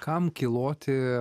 kam kiloti